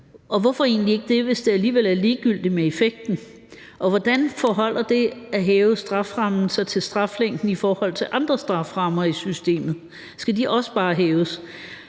egentlig ikke det, hvis det alligevel er ligegyldigt med effekten. Og hvordan forholder det at hæve strafferammen sig til andre strafferammer i systemet? Skal de også bare hæves?